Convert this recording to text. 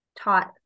taught